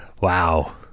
Wow